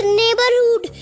neighborhood